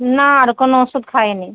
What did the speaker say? না আর কোনো ওষুধ খাই নি